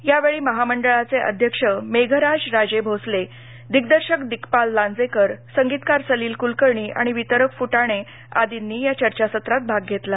यावेळी महामंडळ अध्यक्ष मेघराज राजेभोसले दिग्दर्शक दिग्पाल लांजेकर संगीतकार सलील कुलकर्णी आणि वितरक आज फुटाणे आदींनी या चर्चासत्रात भाग घेतला